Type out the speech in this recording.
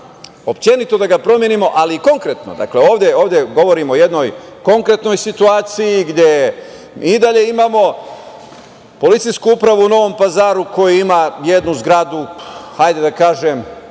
uopšte da ga promenimo, ali i konkretno. Dakle, ovde govorimo o jednoj konkretnoj situaciji, gde i dalje imamo policijsku upravu u Novom Pazaru koja ima jednu zgradu, hajde da kažem,